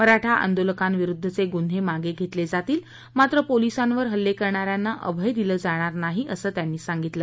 मराठा आंदोलकांविरूद्वचे गुन्हे मागं घेतले जातील मात्र पोलिसांवर हल्ले करणा यांना अभय दिलं जाणार नाही असं त्यांनी सांगितलं